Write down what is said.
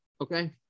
Okay